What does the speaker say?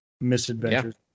misadventures